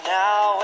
now